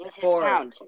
four